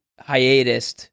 hiatus